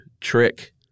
trick